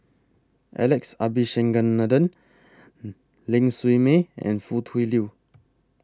Alex Abisheganaden Ling Siew May and Foo Tui Liew